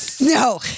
No